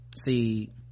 see